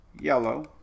yellow